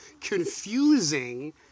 confusing